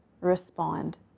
respond